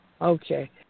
Okay